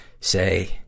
say